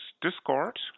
Discord